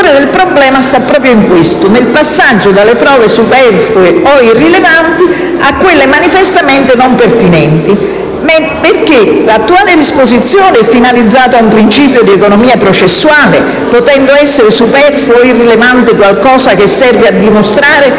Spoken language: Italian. del problema sta proprio in questo, ossia nel passaggio dalle prove superflue o irrilevanti a quelle manifestamente non pertinenti. L'attuale disposizione, infatti, è finalizzata ad un principio di economia processuale potendo essere superfluo e irrilevante qualcosa che serve a dimostrare ciò